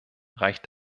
reicht